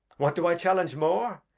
what do i challenge more?